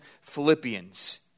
Philippians